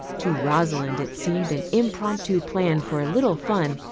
to rosalind it seemed an impromptu plan for a little fun,